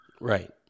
Right